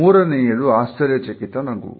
ಮೂರನೆಯದು ಆಶ್ಚರ್ಯಚಕಿತ ನಗು